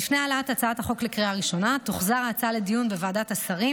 לפני העלאת הצעת החוק לקריאה ראשונה תוחזר ההצעה לדיון בוועדת השרים,